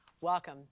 welcome